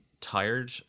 tired